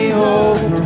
hope